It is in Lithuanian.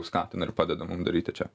skatina ir padeda mum daryti čia